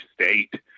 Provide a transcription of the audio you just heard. state